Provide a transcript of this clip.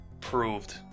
proved